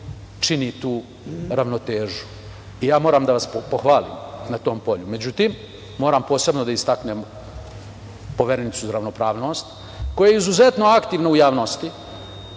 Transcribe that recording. čini tu ravnotežu. Moram da vas pohvalim na tom polju.Međutim, moram posebno da istaknem Poverenicu za ravnopravnost koja je izuzetno aktivna u javnosti,